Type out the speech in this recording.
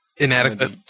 Inadequate